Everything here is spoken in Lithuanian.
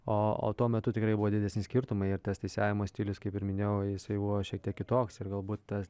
o o tuo metu tikrai buvo didesni skirtumai ar tas teisėjavimo stilius kaip ir minėjau jisai buvo šiek tiek kitoks ir galbūt tas